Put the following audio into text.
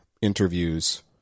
interviews